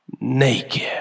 Naked